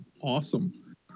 awesome